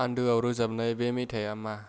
आन्दोआव रोजाबनाय बे मेथाइया मा